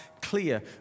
clear